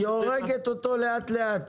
היא הורגת אותו לאט לאט